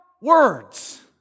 Words